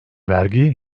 vergi